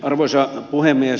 arvoisa puhemies